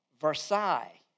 Versailles